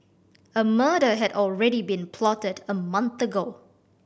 a murder had already been plotted a month ago